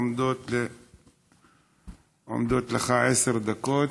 עומדות לרשותך עשר דקות.